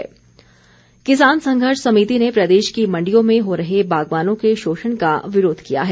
विरोध किसान संघर्ष समिति ने प्रदेश की मंडियों में हो रहे बागवानों के शोषण का विरोध किया है